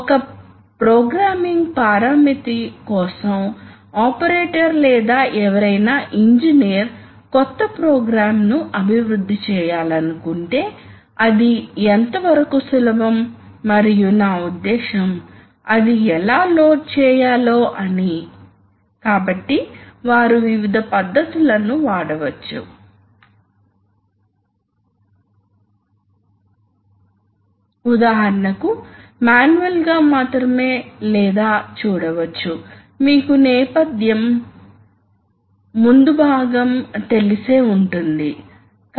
అదేవిధంగా మరొక అప్లికేషన్ ని చూస్తాము ఇది చాలా ఆసక్తికరమైన అప్లికేషన్ ఇక్కడ మేము ఒక న్యూమాటిక్ లాచ్ లాంటిది గ్రహించాము డిజిటల్ ఎలక్ట్రానిక్స్లో మేము లాచెస్ గురించి అధ్యయనం చేసాము కాబట్టి మేము ఇక్కడ లాచ్ గురించి మాట్లాడుతున్నాము కాబట్టి ఏమి జరుగుతుంది మేము సిలిండర్ ని తరలించాలనుకుంటున్నాము ఇది ఒక పెద్ద డిసివి